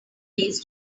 ways